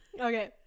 Okay